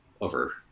over